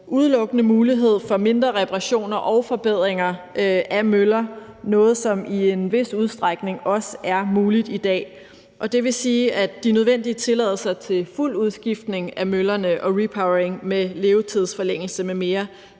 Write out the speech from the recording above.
udelukkende mulighed for mindre reparationer og forbedringer af møller – noget, som i en vis udstrækning også er muligt i dag. Det vil sige, at de nødvendige tilladelser til fuld udskiftning af møllerne og repowering med levetidsforlængelse m.m.